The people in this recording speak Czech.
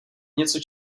něco